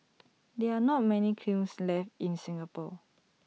there are not many kilns left in Singapore